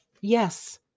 Yes